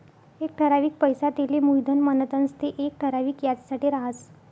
एक ठरावीक पैसा तेले मुयधन म्हणतंस ते येक ठराविक याजसाठे राहस